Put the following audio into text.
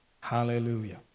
Hallelujah